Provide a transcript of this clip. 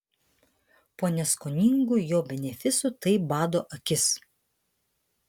po neskoningų jo benefisų tai bado akis